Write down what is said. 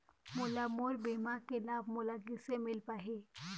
मोला मोर बीमा के लाभ मोला किसे मिल पाही?